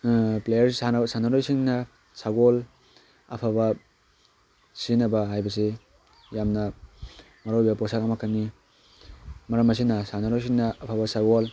player ꯁꯥꯟꯅꯔꯣꯏꯁꯤꯡꯅ ꯁꯒꯣꯜ ꯑꯐꯕ ꯁꯤꯖꯤꯟꯅꯕ ꯍꯥꯏꯕꯁꯤ ꯌꯥꯝꯅ ꯃꯔꯨ ꯑꯣꯏꯕ ꯄꯣꯠꯁꯛ ꯑꯃꯈꯛꯅꯤ ꯃꯔꯝ ꯑꯁꯤꯅ ꯁꯥꯟꯅꯔꯣꯏꯁꯤꯡꯅ ꯑꯐꯕ ꯁꯒꯣꯜ